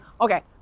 Okay